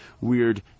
weird